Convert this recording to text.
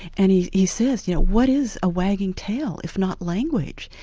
and he he says yeah what is a wagging tail, if not language?